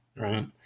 Right